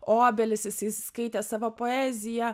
obelys jisai skaitė savo poeziją